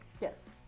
Yes